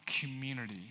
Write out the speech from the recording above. community